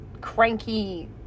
cranky